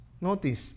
Notice